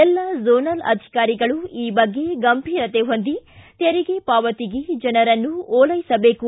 ಎಲ್ಲ ಜೋನಲ್ ಅಧಿಕಾರಿಗಳು ಈ ಬಗ್ಗೆ ಗಂಭೀರತೆ ಹೊಂದಿ ತೆರಿಗೆ ಪಾವತಿಗೆ ಜನರನ್ನು ಓಲೈಸಬೇಕು